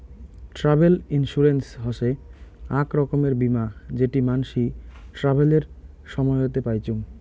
travel insurance হসে আক রকমের বীমা যেটি মানসি ট্রাভেলের সময়তে পাইচুঙ